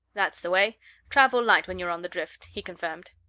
that's the way travel light when you're on the drift, he confirmed.